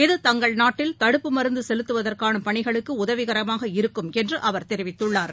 இது தங்கள் நாட்டில் தடுப்பு மருந்துசெலுத்துவதற்கானபணிகளுக்குஉதவிகரமாக இருக்கும் என்றுஅவர் தெரிவித்துள்ளார்